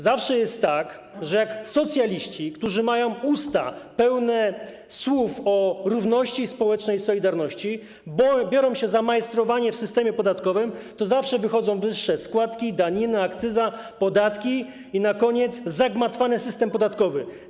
Zawsze jest tak, że jak socjaliści, którzy mają usta pełne słów o równości i społecznej solidarności, biorą się za majstrowanie w systemie podatkowym, to wychodzą wyższe składki, daniny, akcyzy i podatki, a na końcu wychodzi zagmatwany system podatkowy.